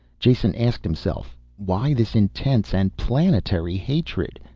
jason asked himself. why this intense and planetary hatred?